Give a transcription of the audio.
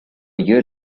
year